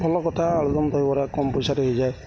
ଭଲ କଥା ଆଳୁଦମ ଦହିବରା କମ୍ ପଇସାରେ ହେଇଯାଏ